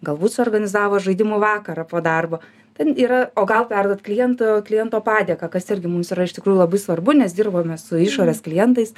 galbūt suorganizavo žaidimų vakarą po darbo ten yra o gal perduot kliento kliento padėką kas irgi mums yra iš tikrųjų labai svarbu nes dirbame su išorės klientais